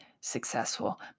successful